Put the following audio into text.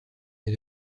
est